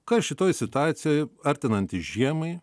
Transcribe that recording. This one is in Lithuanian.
kas šitoj situacijoj artinantis žiemai